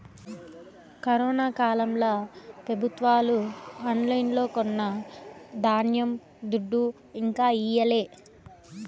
corona కాలంల పెబుత్వాలు ఆన్లైన్లో కొన్న ధాన్యం దుడ్డు ఇంకా ఈయలే